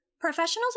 Professionals